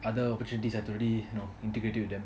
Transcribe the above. other opportunities have already you know integrated with them